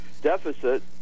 deficit